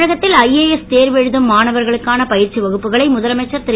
தமிழகத்தில் ஐஏஎஸ் தேர்வெழுதும் மாணவர்களுக்கான பயிற்சி வகுப்புகளை முதலமைச்சர் திரு